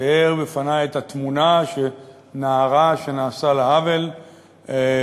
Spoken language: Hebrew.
תיאר בפני את התמונה שנערה שנעשה לה עוול פגשה